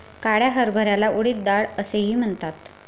काळ्या हरभऱ्याला उडीद डाळ असेही म्हणतात